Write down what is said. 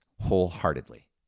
wholeheartedly